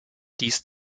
dies